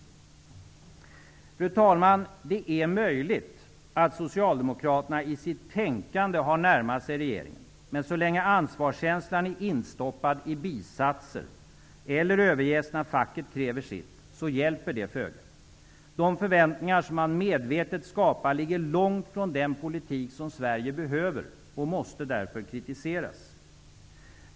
Fru talman! Det är möjligt att socialdemokraterna i sitt tänkande har närmat sig regeringen. Men så länge ansvarskänslan är instoppad i bisatser eller överges när facket kräver sitt hjälper det föga. De förväntningar som man medvetet skapar ligger långt från den politik som Sverige behöver och måste därför kritiseras.